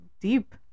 deep